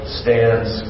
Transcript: stands